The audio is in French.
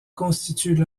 constituent